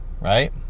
right